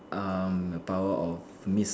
um a power of mist